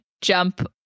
jump